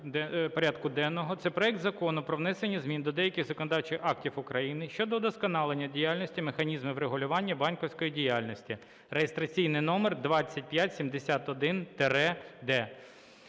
проект Закону про внесення змін до деяких законодавчих актів України щодо удосконалення деяких механізмів регулювання банківської діяльності (реєстраційний номер 2571-д).